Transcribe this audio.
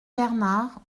bernard